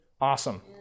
Awesome